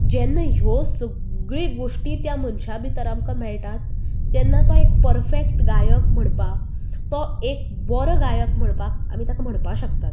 जेन्ना ह्यो सगळीं गोश्टी आमकां त्या मनशां भितर मेळटात तेन्ना तो एक परफेक्ट गायक म्हणपाक तो एक बरो गायक म्हणपाक आमी ताका म्हणपाक शकतात